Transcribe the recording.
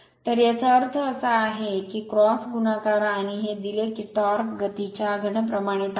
तर याचा अर्थ असा की क्रॉस गुणाकार आणि हे दिले की टॉर्क गतीच्या घन प्रमाणित आहे